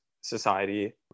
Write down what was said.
society